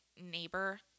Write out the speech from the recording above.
neighbor